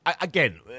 again